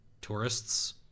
tourists